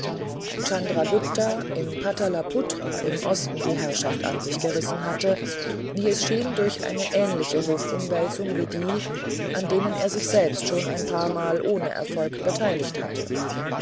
im patalaputra im osten die herrschaft an sich gerissen hatte wie es schien durch eine ähnliche hofumwälzung wie die an denen er sich selbst schon ein paarmal ohne erfolg beteiligt hatte